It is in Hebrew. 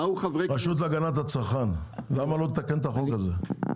הרשות להגנת הצרכן, למה לא לתקן את החוק הזה?